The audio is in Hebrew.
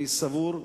אני סבור,